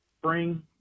Spring